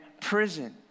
prison